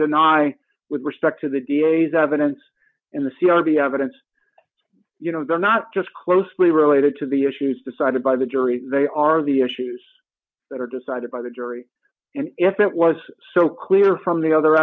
deny with respect to the d a s evidence in the c r the evidence you know they're not just closely related to the issues decided by the jury they are the issues that are decided by the jury and if it was so clear from the other